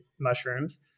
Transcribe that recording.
mushrooms